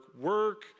work